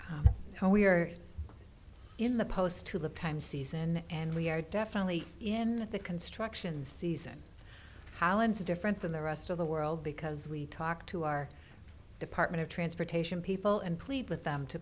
matt how we are in the post to the time season and we are definitely in the construction season hollands different than the rest of the world because we talked to our department of transportation people and plead with them to